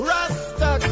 Rasta